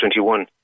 2021